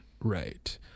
right